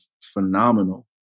phenomenal